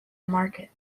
market